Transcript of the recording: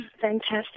Fantastic